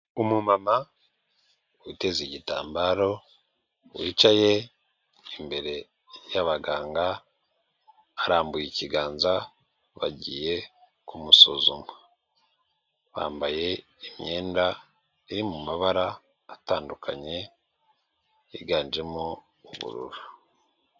Umumama uteze igitambaro wicaye imbere y'abaganga arambuye ikiganza bagiye kumusuzuma, bambaye imyenda iri mu mabara atandukanye higanjemo ubururu.